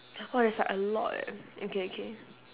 !wah! there's like a lot eh okay okay